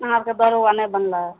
अहाँ आरके नहि बनलै